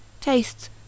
tastes